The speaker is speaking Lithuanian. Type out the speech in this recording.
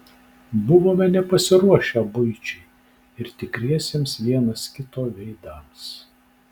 buvome nepasiruošę buičiai ir tikriesiems vienas kito veidams